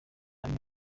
bimwe